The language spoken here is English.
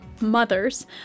mothers